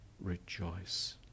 rejoice